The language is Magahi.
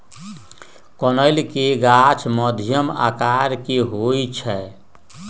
कनइल के गाछ मध्यम आकर के होइ छइ